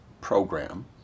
program